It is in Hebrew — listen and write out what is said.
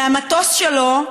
מהמטוס שלו,